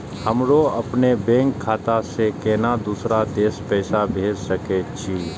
हमरो अपने बैंक खाता से केना दुसरा देश पैसा भेज सके छी?